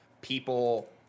people